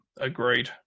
agreed